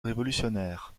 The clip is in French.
révolutionnaire